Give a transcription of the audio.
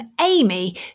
Amy